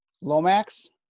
Lomax